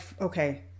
okay